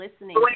listening